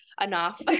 enough